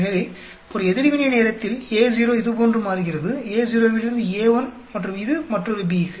எனவே ஒரு எதிர்வினை நேரத்தில் Ao இதுபோன்று மாறுகிறது Ao லிருந்து A1 மற்றும் இது மற்றொரு B க்கு